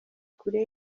kure